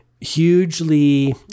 Hugely